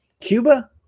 Cuba